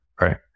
right